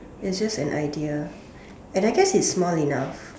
is just an idea and I guess it's small enough